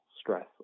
stress